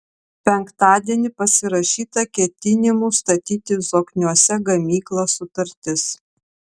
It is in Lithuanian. penktadienį pasirašyta ketinimų statyti zokniuose gamyklą sutartis